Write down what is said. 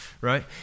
right